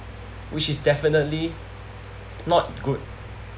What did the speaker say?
which is definitely not good